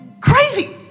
Crazy